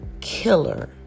killer